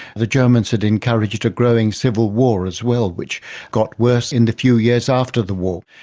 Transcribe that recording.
the germans had encouraged a growing civil war, as well, which got worse in the few years after the war.